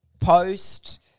post